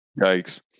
yikes